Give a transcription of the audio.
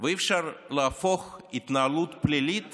ואי-אפשר להפוך התנהלות פלילית